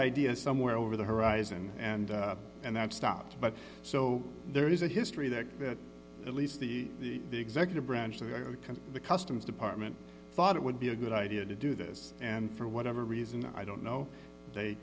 idea somewhere over the horizon and and that stopped but so there is a history that that at least the the the executive branch of the customs department thought it would be a good idea to do this and for whatever reason i don't know they